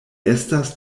estas